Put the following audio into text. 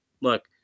look